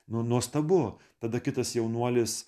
nu nuostabu tada kitas jaunuolis